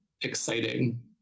exciting